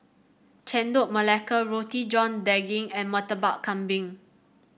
Chendol Melaka Roti John Daging and Murtabak Kambing